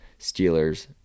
Steelers